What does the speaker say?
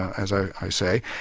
as i say,